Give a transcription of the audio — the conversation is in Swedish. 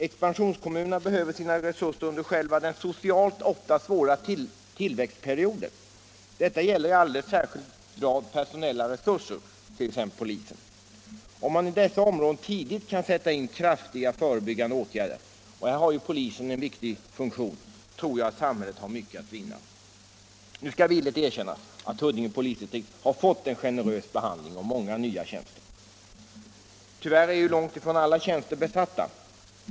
Expansionskommunerna behöver sina resurser under själva den socialt ofta svåra tillväxtperioden. Detta gäller i alldeles särskild grad personella resurser, t.ex. poliser. Om man i dessa områden tidigt kan sätta in kraftiga förebyggande åtgärder — och här har ju polisen en viktig uppgift — tror jag samhället har mycket att vinna. Nu skall villigt erkännas att Huddinge polisdistrikt har fått en generös behandling och många nya tjänster. Men tyvärr är långt ifrån alla tjänster besatta.